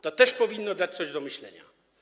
To też powinno dać coś do myślenia.